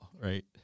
right